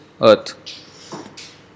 earth